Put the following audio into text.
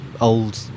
old